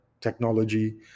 technology